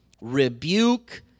rebuke